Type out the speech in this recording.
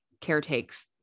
caretakes